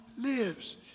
lives